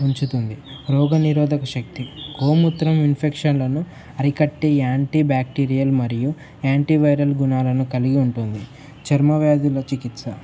ఉంచుతుంది రోగ నిరోధక శక్తి గోమూత్రం ఇన్ఫెక్షన్లను అరికట్టే యాంటీ బ్యాక్టీరియల్ మరియు యాంటీవైరల్ గుణాలను కలిగి ఉంటుంది చర్మవ్యాధుల చికిత్స